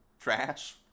trash